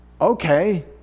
Okay